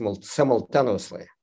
simultaneously